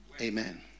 Amen